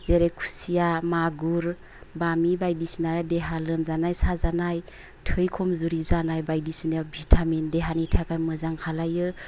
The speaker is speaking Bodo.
जेरै खुसिया मागुर बामि बायदिसिना देहा लोमजानाय साजानाय थै कमजुरि जानाय बायदिसिनायाव भिटामिन देहानि थाखाय मोजां खालायो